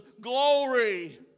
glory